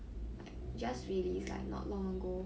like just released like not long ago